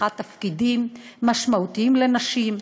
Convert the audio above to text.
ופתיחת תפקידים משמעותיים לנשים.